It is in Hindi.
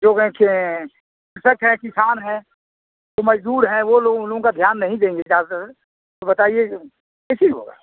जो कृषक है किसान हैं जो मजदूर हैं वो लोग उन लोगों का ध्यान नहीं देंगे ज्यादातर तो बताइए कैसे होगा